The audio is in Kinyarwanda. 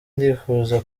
ndifuza